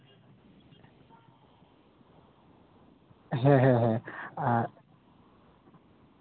ᱦᱮᱸ ᱦᱮᱸ ᱦᱮᱸ ᱟᱨ